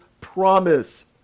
promise